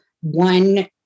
one